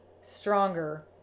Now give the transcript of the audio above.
stronger